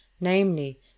namely